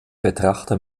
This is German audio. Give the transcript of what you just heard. betrachter